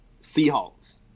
Seahawks